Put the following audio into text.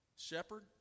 Shepherd